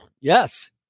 Yes